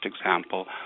example